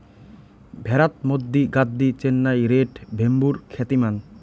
ভ্যাড়াত মধ্যি গাদ্দি, চেন্নাই রেড, ভেম্বুর খ্যাতিমান